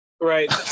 right